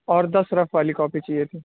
اور دس رف والی کاپی چاہیے تھیں